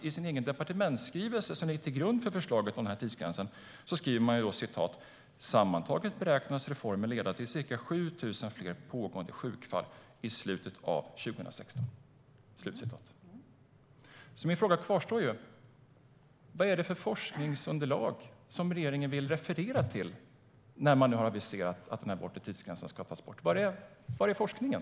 I den departementsskrivelse som ligger till grund för förslaget att avskaffa tidsgränsen skriver man: "Sammantaget beräknas reformen leda till ca 7 000 fler pågående sjukfall i slutet av 2016." Min fråga kvarstår: Vad är det för forskningsunderlag som regeringen refererar till när man aviserar att den bortre tidsgränsen ska tas bort? Var är forskningen?